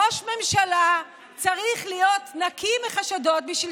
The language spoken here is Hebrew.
ראש ממשלה צריך להיות נקי מחשדות בשביל